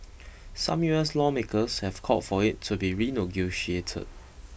some U S lawmakers have called for it to be renegotiated